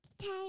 Time